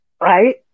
Right